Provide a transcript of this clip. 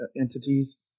entities